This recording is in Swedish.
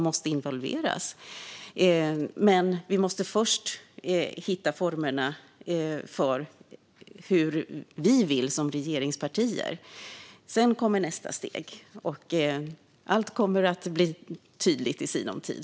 Men vi måste först hitta formerna för hur vi som regeringspartier vill göra. Sedan kommer nästa steg. Allt kommer att bli tydligt i sinom tid.